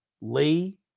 Lee